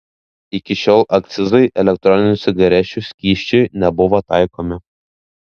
iki šiol akcizai elektroninių cigarečių skysčiui nebuvo taikomi